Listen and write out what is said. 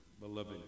beloved